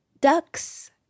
ducks